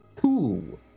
two